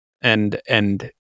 and—and